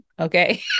okay